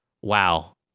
wow